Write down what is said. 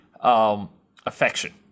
affection